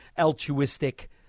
altruistic